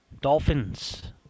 Dolphins